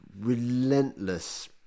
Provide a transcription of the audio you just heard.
relentless